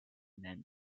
nennen